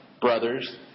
brothers